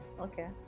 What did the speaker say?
Okay